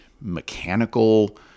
mechanical